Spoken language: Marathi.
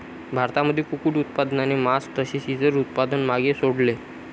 भारतामध्ये कुक्कुट उत्पादनाने मास तसेच इतर उत्पादन मागे सोडले